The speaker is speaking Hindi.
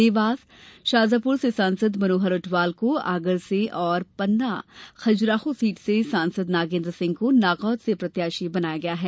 देवास शाजापूर से सांसद मनोहर ऊंटवाल को आगर से और पन्ना खजुराहो सीट से सांसद नागेन्द्र सिंह को नागौद से प्रत्याशी बनाया गया है